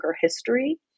history